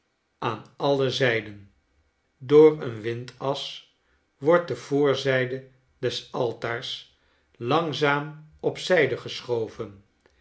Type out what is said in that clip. aan alle zijden door een windas wordt de voorzijde des altaars langzaam op zijde geschoven